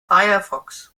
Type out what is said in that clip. firefox